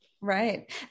Right